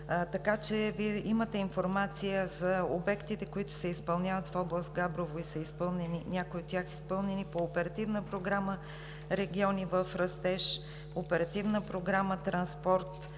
така че Вие имате информация за обектите, които се изпълняват в област Габрово, някои от тях изпълнени по Оперативна програма „Региони в растеж“, Оперативна програма „Транспорт“,